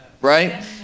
Right